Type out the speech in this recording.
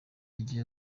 yihe